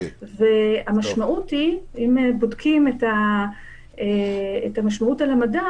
אם בודקים את המשמעות על המדד,